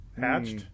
Hatched